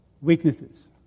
weaknesses